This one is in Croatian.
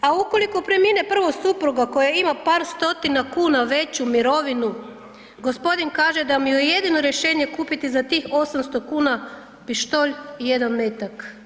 A ukoliko premine prvo supruga koja ima par stotina kuna veću mirovinu, gospodin kaže da mu je jedino rješenje kupiti za tih 800 kn pištolj i jedan metak.